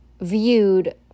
viewed